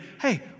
hey